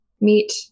meet